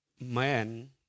man